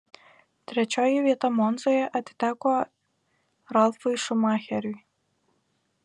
trečioji vieta monzoje atiteko ralfui šumacheriui